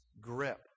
grip